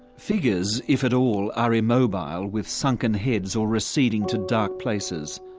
figures, if at all, are immobile with sunken heads or receding to dark places.